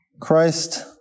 Christ